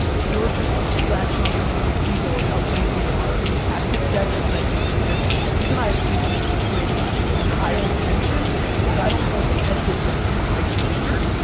you're just scratching your own ego of how great you are at the detriment of your business. the reason i have eight hundred employees and high retention is i don't hold any of them to my standard,